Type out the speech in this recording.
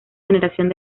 generación